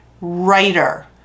writer